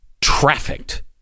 trafficked